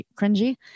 cringy